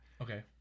Okay